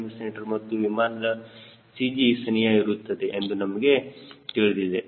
c ಮತ್ತು ವಿಮಾನದ CG ಸನಿಹ ಇರುತ್ತದೆ ಎಂದು ನಮಗೆ ತಿಳಿದಿದೆ